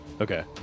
okay